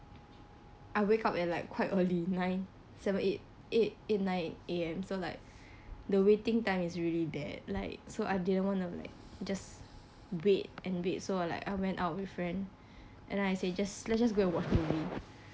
I wake up at like quite early nine seven eight eight nine A_M so like the waiting time is really bad like so I didn't want to like just wait and wait so like I went out with friend and I say just let's just go and watch movie